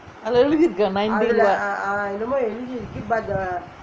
அதுலே எழுதிருக்கா:athulae ezhuthirukaa nineteen [what]